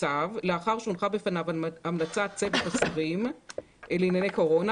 בצו לאחר שהונחה בפניו המלצת צוות השרים לענייני קורונה